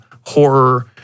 horror